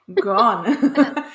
Gone